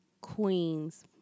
Queen's